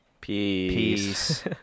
Peace